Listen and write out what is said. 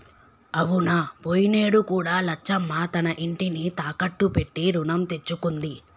అవునా పోయినేడు కూడా లచ్చమ్మ తన ఇంటిని తాకట్టు పెట్టి రుణం తెచ్చుకుంది